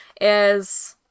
is-